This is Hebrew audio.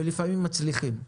ולפעמים מצליחים.